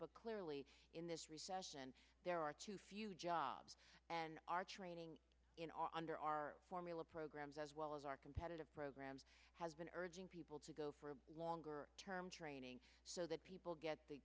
but clearly in this recession there are too few jobs and our training under our formula programs as well as our competitive programs has been urging people to go for a longer term training so that people get the